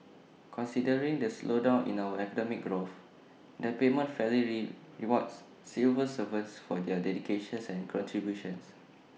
considering the slowdown in our economic growth the payment fairly rewards civil servants for their dedications and contributions